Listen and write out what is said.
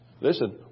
Listen